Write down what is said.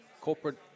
corporate